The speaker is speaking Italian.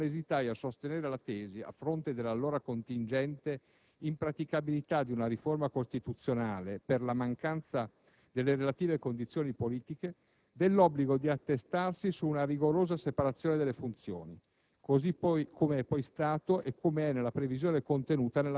si parlò in termini maggiormente concreti rispetto al passato, e quando non esitai a sostenere la tesi, a fronte dell'allora contingente impraticabilità di una riforma costituzionale per la mancanza delle relative condizioni politiche, dell'obbligo di attestarsi su una rigorosa separazione delle funzioni.